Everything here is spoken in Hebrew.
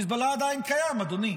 חיזבאללה עדיין קיים, אדוני,